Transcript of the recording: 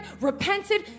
repented